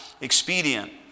expedient